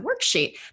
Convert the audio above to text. worksheet